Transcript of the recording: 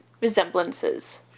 resemblances